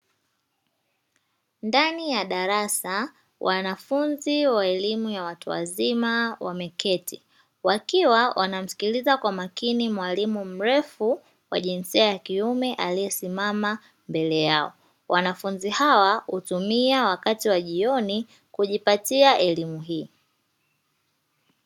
Ndani ya darasa, wanafunzi wa elimu ya watu wazima wameketi wakiwa wanamsikiliza kwa makini mwalimu mrefu wa jinsia ya kiume aliyesimama mbele yao. Wanafunzi hawa hutumia wakati wa jioni kujipatia elimu hii.